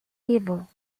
evil